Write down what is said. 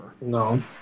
No